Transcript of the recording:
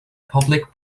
public